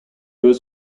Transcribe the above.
was